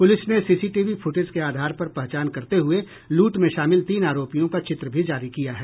police ने CCTV footage के आधार पर पहचान करते हुए लूट में शामिल तीन आरोपियों का चित्र भी जारी किया है